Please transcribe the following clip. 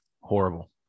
Horrible